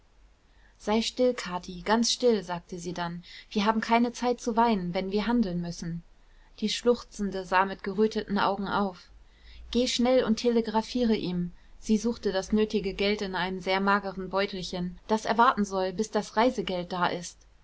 sei still kathi ganz still sagte sie dann wir haben keine zeit zu weinen wenn wir handeln müssen die schluchzende sah mit geröteten augen auf geh schnell und telegraphiere ihm sie suchte das nötige geld in einem sehr mageren beutelchen daß er warten soll bis das reisegeld da ist